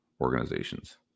organizations